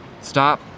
Stop